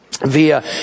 via